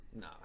No